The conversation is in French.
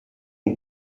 aux